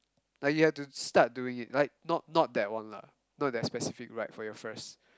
like you have to start doing it like not not that one lah not that specific ride for your first